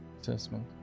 assessment